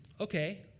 okay